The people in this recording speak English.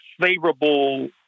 favorable